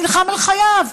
נלחם על חייו.